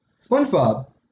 SpongeBob